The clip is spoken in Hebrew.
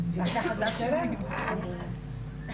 אנחנו בעצם בדבר החקיקה הזה הופכים את ברירת המחדל.